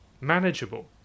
manageable